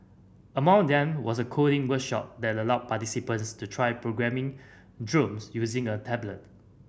among them was a coding workshop that allowed participants to try programming using a tablet